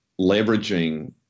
leveraging